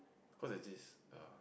cause there is this err